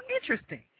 interesting